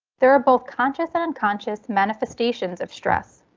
there are both conscious and unconscious manifestations of stress.